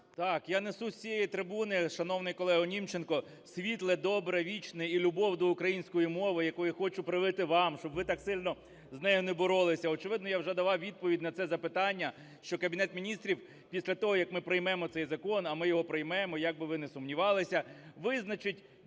Так, я несу з цієї трибуни, шановний колего Німченко, світле, добре, вічне і любов до української мови, яку я хочу привити вам, щоб ви так сильно з нею не боролися. Очевидно, я вже давав відповідь на це запитання, що Кабінет Міністрів після того, як ми приймемо цей закон, а ми його приймемо, як би ви не сумнівалися, визначить